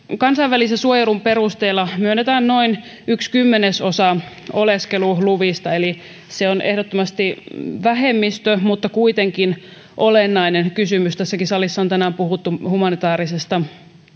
kansainvälisen suojelun perusteella myönnetään noin yksi kymmenesosa oleskeluluvista eli se on ehdottomasti vähemmistönä mutta se on kuitenkin olennainen kysymys tässäkin salissa on puhuttu humanitaarisesta